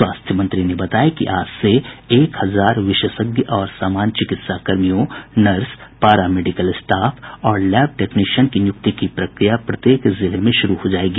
स्वास्थ्य मंत्री ने बताया कि आज से एक हजार विशेषज्ञ और सामान्य चिकित्साकर्मियों नर्स पारा मेडिकल स्टाफ और लैब टेक्निशियन की नियुक्ति की प्रक्रिया प्रत्येक जिले में शुरू हो जायेगी